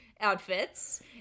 outfits